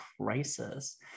crisis